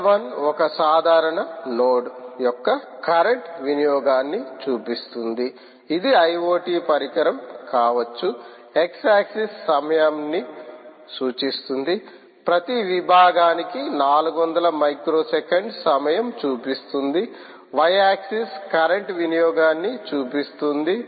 figure one ఒక సాధారణ node యొక్క కరెంట్ వినియోగాన్ని చూపిస్తుంది ఇది ఐ ఓ టీ పరికరం కావచ్చు x ఆక్సిస్ సమయం ని సూచిస్తుంది ప్రతి విభాగానికి 400 మైక్రోసెకన్లు సమయం చూపిస్తుంది y ఆక్సిస్ కరెంట్ వినియోగాన్ని చూపిస్తుంది